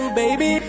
baby